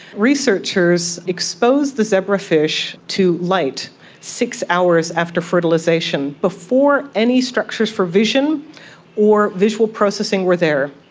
researchers exposed the zebrafish to light six hours after fertilisation, before any structures for vision or visual processing where there.